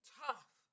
tough